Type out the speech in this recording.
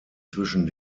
zwischen